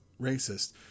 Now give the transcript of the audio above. racist